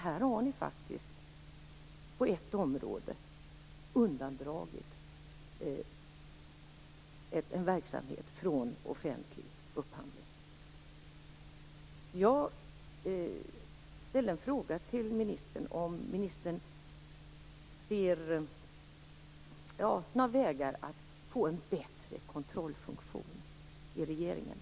Ni har ju faktiskt på ett område undantagit en verksamhet från offentlig upphandling. Jag ställde en fråga till ministern om ministern ser några möjligheter att få en bättre kontrollfunktion i regeringen.